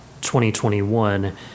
2021